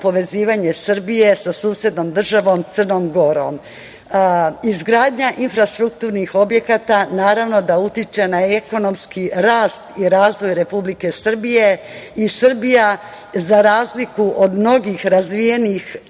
povezivanje Srbije sa susednom državom Crnom Gorom. Izgradnja infrastrukturnih objekata, naravno da utiče na ekonomski rast i razvoj Republike Srbije i Srbija za razliku od mnogih razvijenijih